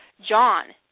John